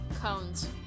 Cones